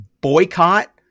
boycott